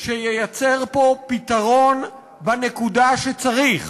שייצר פה פתרון בנקודה שצריך,